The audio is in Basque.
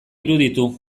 iruditu